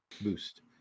boost